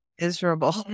miserable